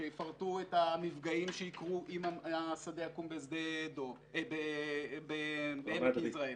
שיפרטו את המפגעים שיקרו אם השדה יקום בעמק יזרעאל.